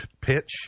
Pitch